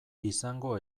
izango